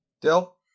Dill